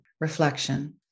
reflection